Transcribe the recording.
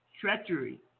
treachery